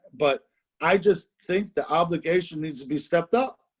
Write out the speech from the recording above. but i just think the obligation needs to be stepped up.